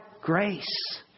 grace